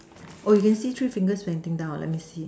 oh okay you can see three fingers pointing down let me see